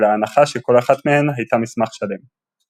אלא ההנחה שכל אחת מהן הייתה מסמך שלם.